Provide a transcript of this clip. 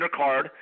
undercard